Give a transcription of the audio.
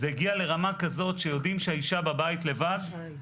זה הגיע לרמה כזאת שיודעים שהאישה בבית לבד -- מירב בן ארי,